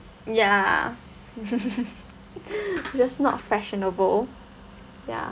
ya just not fashionable ya